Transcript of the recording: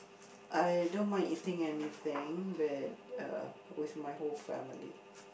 I don't mind eating anything but uh with my whole family